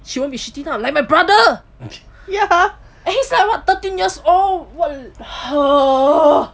she won't be shitty lah like my brother and he's like what thirteen years old